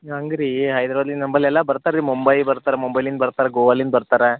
ಹಂಗೆ ರೀ ನಂಬಲೆಲ್ಲ ಬರ್ತಾರೆ ರೀ ಮುಂಬೈ ಬರ್ತಾರೆ ಮುಂಬೈಲಿಂದ ಬರ್ತಾರ ಗೋವಲಿಂದ ಬರ್ತಾರ